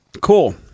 cool